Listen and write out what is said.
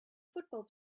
football